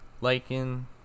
liking